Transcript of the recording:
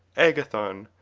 agathon,